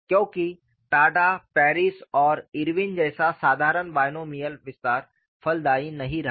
क्योंकि टाडा पैरिस और इरविन जैसा साधारण बायनोमिअल विस्तार फलदायी नहीं रहा